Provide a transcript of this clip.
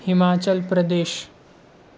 Himachal Pradesh